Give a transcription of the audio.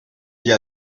dit